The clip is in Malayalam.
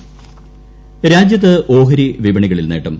ഓഹരിവിപണി രാജ്യത്തെ ഓഹരിവിപണികളിൽ നേട്ടം